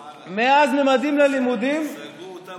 מאז ממדים ללימודים, חזר להם הצבע ללחיים.